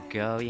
go